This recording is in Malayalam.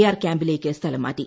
ആർ ക്യാമ്പിലേക്ക് സ്ഥലം മാറ്റി